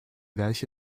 welche